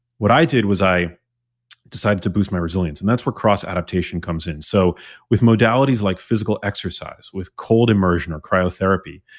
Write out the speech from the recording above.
what i did was i decided to boost my resilience, and that's where cross-adaptation comes in. so with modalities like physical exercise with cold immersion or cryotherapy,